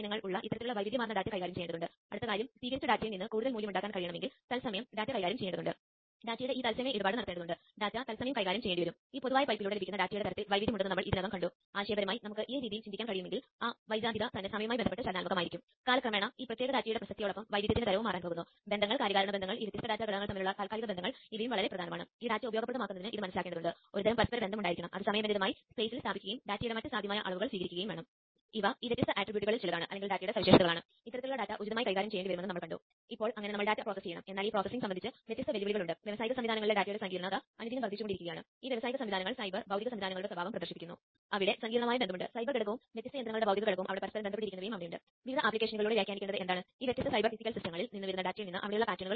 4 standard സവിശേഷതകളെ അടിസ്ഥാനമാക്കിയുള്ള ഒരു മെഷ് കമ്മ്യൂണിക്കേഷൻ പ്രോട്ടോക്കോളാണ് അടിസ്ഥാനപരമായി Xbee പിന്തുണയ്ക്കുന്നു ഇതിന് Zigbee ക്ക് സമാനമായ ചില സവിശേഷതകൾ ഉണ്ട് എന്നാൽ ചില അധിക അഭിലഷണീയമായ സവിശേഷതകളും അവയുടെ Digi mesh ആണ്